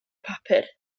papur